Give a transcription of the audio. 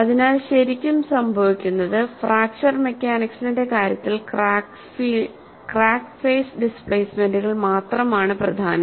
അതിനാൽ ശരിക്കും സംഭവിക്കുന്നത് ഫ്രാക്ചർ മെക്കാനിക്സിന്റെ കാര്യത്തിൽ ക്രാക്ക് ഫെയ്സ് ഡിസ്പ്ലേമെന്റുകൾ മാത്രമാണ് പ്രധാനം